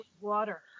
water